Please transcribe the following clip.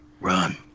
Run